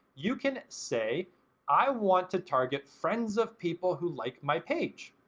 you can say i want to target friends of people who like my page.